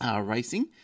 racing